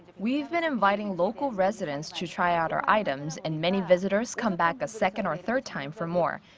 we've been inviting local residents to try out our items and many visitors come back a second or third time for more.